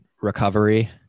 recovery